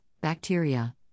bacteria